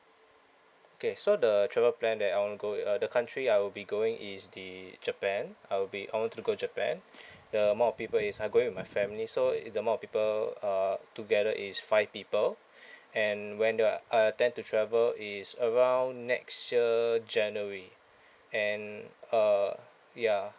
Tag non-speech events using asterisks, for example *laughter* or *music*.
okay so the travel plan that I wanna go uh the country I will be going is the japan I'll be I wanted to go japan *breath* the amount of people is I'm going with my family so it the amount of people uh together is five people *breath* and when the uh tend to travel is around next year january and uh ya